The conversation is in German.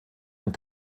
und